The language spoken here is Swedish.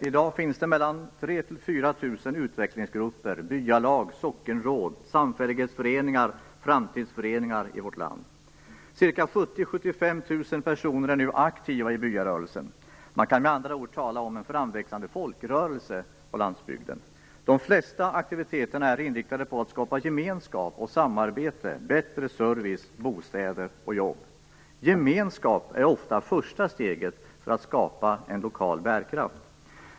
I dag finns det 3 000-4 000 utvecklingsgrupper, byalag, sockenråd, samfällighetsföreningar och framtidsföreningar i vårt land. Ca 70 000-75 000 personer är nu aktiva i byarörelsen. Man kan med andra ord tala om en framväxande folkrörelse på landsbygden. De flesta aktiviteterna är inriktade på att skapa gemenskap och samarbete, bättre service, bostäder och jobb. Gemenskap är ofta första steget för att skapa lokal bärkraft.